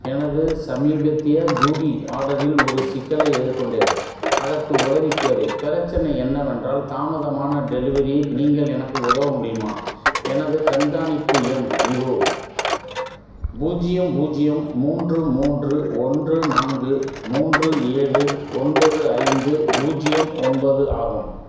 எனது சமீபத்திய ஜூடி ஆர்டரில் ஒரு சிக்கலை எதிர்கொண்டேன் அதற்கு உதவி தேவை பிரச்சனை என்னவென்றால் தாமதமான டெலிவரி நீங்கள் எனக்கு உதவ முடியுமா எனது கண்காணிப்பு எண் இதோ பூஜ்ஜியம் பூஜ்ஜியம் மூன்று மூன்று ஒன்று நான்கு மூன்று ஏழு ஒன்பது ஐந்து பூஜ்ஜியம் ஒன்பது ஆகும்